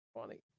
funny